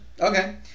Okay